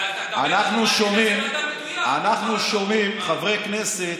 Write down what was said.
אנחנו שומעים חברי כנסת,